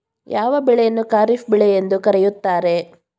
ಯಾವ ಬೆಳೆಯನ್ನು ಖಾರಿಫ್ ಬೆಳೆ ಎಂದು ಕರೆಯುತ್ತಾರೆ?